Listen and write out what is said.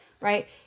right